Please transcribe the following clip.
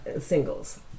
singles